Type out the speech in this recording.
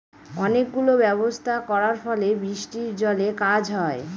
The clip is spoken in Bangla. অনেক গুলো ব্যবস্থা করার ফলে বৃষ্টির জলে কাজ হয়